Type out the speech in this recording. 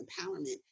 empowerment